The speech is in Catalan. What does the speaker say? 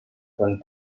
quan